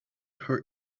her